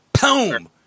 Boom